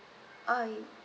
uh